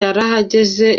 yarahageze